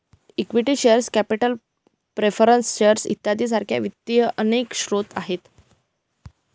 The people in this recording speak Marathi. equity share capital preference shares इत्यादी सारख्या वित्ताचे अनेक स्रोत आहेत